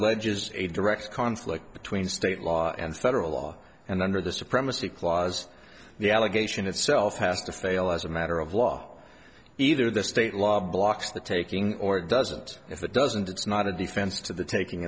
alleges a direct conflict between state law and federal law and under the supremacy clause the allegation itself has to fail as a matter of law either the state law blocks the taking or it doesn't if it doesn't it's not a defense to the taking